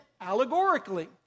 allegorically